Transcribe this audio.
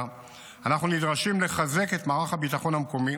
אנחנו נדרשים לחזק את מערך הביטחון המקומי